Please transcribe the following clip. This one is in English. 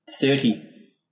Thirty